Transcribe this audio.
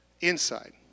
inside